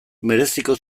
mereziko